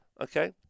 Okay